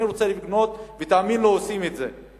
אני רוצה לבנות, ותאמינו לי, עושים את זה.